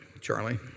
Charlie